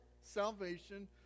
salvation